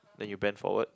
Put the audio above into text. then you bend forward